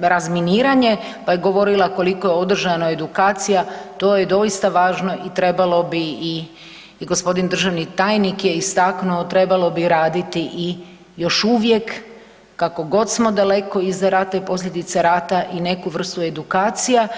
razminiranje, pa je govorila koliko je održano edukacija, to je doista važno i trebalo bi i gospodin državni tajnik je istaknuo, trebalo bi raditi i još uvijek kako god smo daleko iza rata i posljedica rata i neku vrstu edukacija.